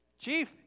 Chief